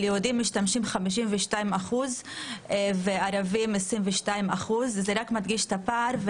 יהודים משתמשים 52% ואצל ערבים 22%. זה רק מדגיש את הפער.